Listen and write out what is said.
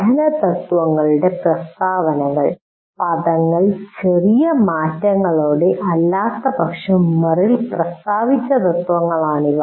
പഠനതത്ത്വങ്ങളുടെ പ്രസ്താവനകൾ പദങ്ങളിൽ ചെറിയ മാറ്റങ്ങളോടെ അല്ലാത്തപക്ഷം മെറിൽ പ്രസ്താവിച്ച തത്ത്വങ്ങളാണിവ